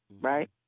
right